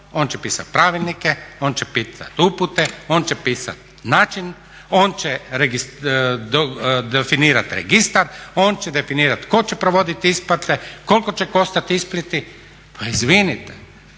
on će pisat pravilnike, on će pisat upute, on će pisat način, on će definirat registar, on će definirat tko će provoditi isplate, koliko će koštati ispliti. Pa izvinite,